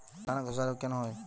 ধানে ধসা রোগ কেন হয়?